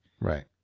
right